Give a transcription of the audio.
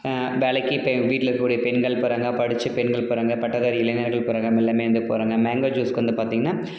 வேலைக்கு இப்போ எங்கள் வீட்டில் இருக்கக் கூடிய பெண்கள் போகிறாங்க படித்த பெண்கள் போகிறாங்க பட்டதாரி இளைஞர்கள் போகிறாங்க எல்லாமே வந்து போகிறாங்க மேங்கோ ஜூஸ்க்கு வந்து பார்த்தீங்கன்னா